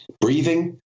Breathing